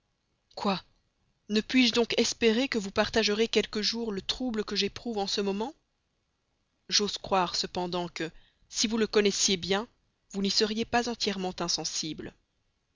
quoi ne puis-je donc espérer que vous partagerez quelque jour le trouble que j'éprouve en ce moment j'ose croire cependant que si vous le connaissiez bien vous n'y seriez pas entièrement insensible